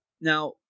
now